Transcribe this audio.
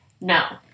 No